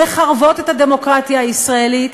מחרבות את הדמוקרטיה הישראלית,